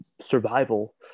survival